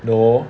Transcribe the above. no